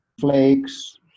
flakes